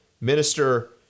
Minister